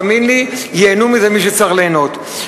תאמין לי: ייהנו מזה מי שצריכים ליהנות.